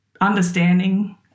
understanding